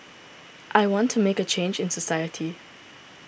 I want to make a change in society